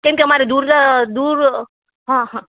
કેમ કે અમારે દૂર દૂર હં હં